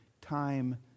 time